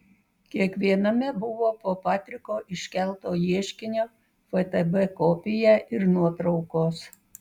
kiekviename buvo po patriko iškelto ieškinio ftb kopiją ir nuotraukos